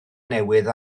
newydd